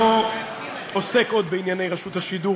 אני לא עוסק עוד בענייני רשות השידור,